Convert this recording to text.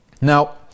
Now